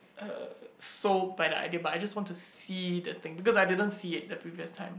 uh sold by the idea but I just want to see the thing because I didn't see it the previous time